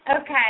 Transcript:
Okay